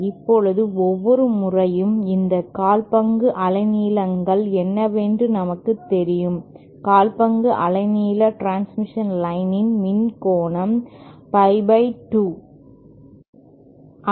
இப்போது ஒவ்வொரு முறையும் இந்த கால் பங்கு அலைநீளங்கள் என்னவென்று நமக்குத் தெரியும் கால் பங்கு அலைநீள டிரன்ஸ்மிஷன் லைன் இன் மின் கோணம் Pie 2